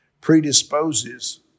predisposes